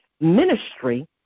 ministry